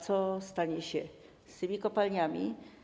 Co stanie się z tymi kopalniami?